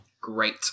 Great